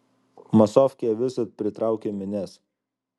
masofkė visad pritraukia minias